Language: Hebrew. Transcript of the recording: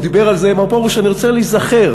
מר פרוש, אני רוצה להיזכר: